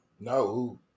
No